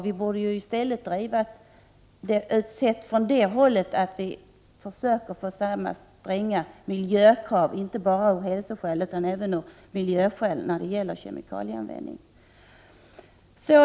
Vi borde eftersträva samma stränga miljökrav överallt, inte bara av hälsoskäl utan också av miljöskäl, när det gäller kemikalieanvändning.